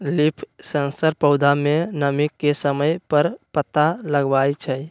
leaf sensor पौधा में नमी के समय पर पता लगवई छई